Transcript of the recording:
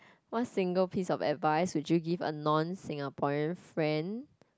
what single piece of advice would you give a non Singaporean friend